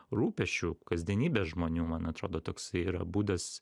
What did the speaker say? rūpesčių kasdienybės žmonių man atrodo toksai yra būdas